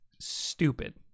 stupid